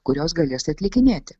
kurios galės atlikinėti